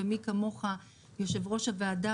ומי כמוך יושב-ראש הוועדה,